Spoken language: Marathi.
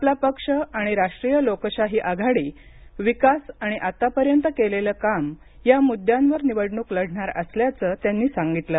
आपला पक्ष आणि रोष्ट्रीय लोकशाही आघाडी विकास आणि आतापर्यंत केलेलं काम या म्द्द्यांवर निवडणूक लढणार असल्याचं त्यांनी सांगितलं